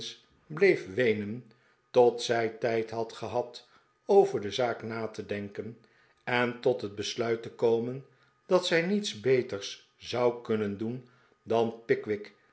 bleef weenen tot zij tijd had gehad over de zaak na te denken en tot het besluit te komen dat zij niets beters zou kunnen doen dan